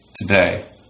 today